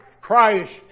Christ